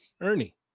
Ernie